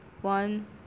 one